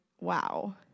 wow